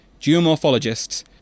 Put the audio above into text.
geomorphologists